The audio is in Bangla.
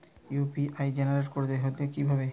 ইউ.পি.আই জেনারেট করতে হয় কিভাবে?